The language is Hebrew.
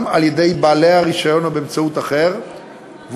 על-ידי בעלי הרישיון או באמצעות אחר,